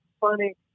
funny